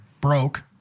broke